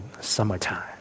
summertime